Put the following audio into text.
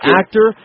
actor